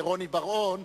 רוני בר-און,